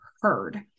heard